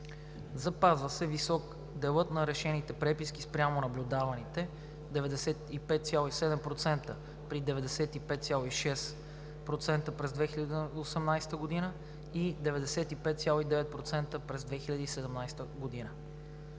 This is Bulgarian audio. Запазва се висок делът на решените преписки спрямо наблюдаваните – 95,7%, при 95,6% през 2018 г. и 95,9% през 2017 г.